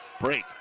break